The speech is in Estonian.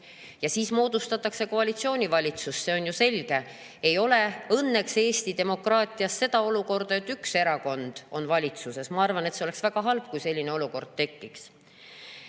Siis moodustatakse koalitsioonivalitsus, see on ju selge. Ei ole õnneks Eesti demokraatias olukorda, et üks erakond on valitsuses. Ma arvan, et see oleks väga halb, kui selline olukord tekiks. Küll